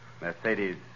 Mercedes